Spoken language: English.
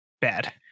bad